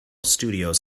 studios